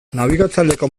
nabigatzaileko